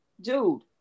dude